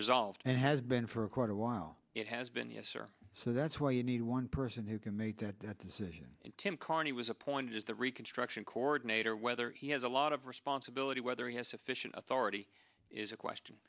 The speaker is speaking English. resolved and has been for quite a while it has been yes sir so that's why you need one person who can make that decision tim carney was appointed as the reconstruction coordinator whether he has a lot of responsibility whether he has sufficient authority is a question